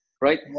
right